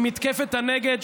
עם מתקפת הנגד,